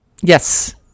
Yes